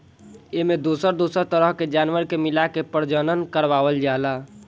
एमें दोसर दोसर तरह के जानवर के मिलाके प्रजनन करवावल जाला